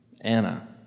Anna